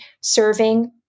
serving